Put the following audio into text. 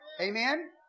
Amen